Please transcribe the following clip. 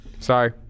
Sorry